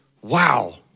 Wow